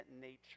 nature